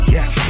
Yes